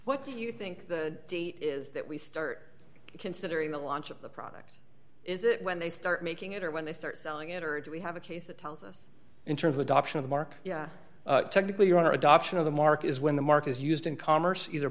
what do you think the deal is that we start considering the launch of the product is it when they start making it or when they start selling it or do we have a case that tells us in terms of adoption of the mark technically or our adoption of the market is when the mark is used in commerce either